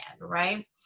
right